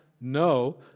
No